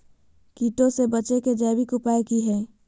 कीटों से बचे के जैविक उपाय की हैय?